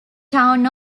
town